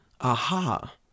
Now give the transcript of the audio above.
Aha